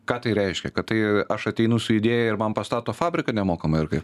ką tai reiškia kad tai aš ateinu su idėja ir man pastato fabriką nemokamai ar kaip